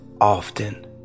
often